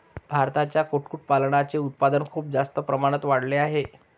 भारतात कुक्कुटपालनाचे उत्पादन खूप जास्त प्रमाणात वाढले आहे